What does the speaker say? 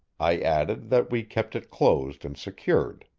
i added that we kept it closed and secured.